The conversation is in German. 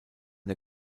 der